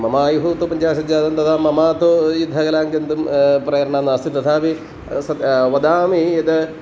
ममायुः तु पञ्चाशत् जातं तदा मम तु युद्धकलां गन्तुं प्रेरणा नास्ति तथापि सः वदामि यद्